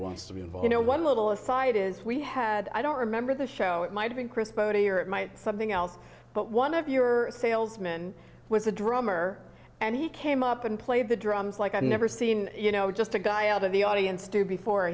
wants to be involved one little aside is we had i don't remember the show it might have been chris botti or it might something else but one of your salesman was a drummer and he came up and played the drums like i've never seen you know just a guy out of the audience too before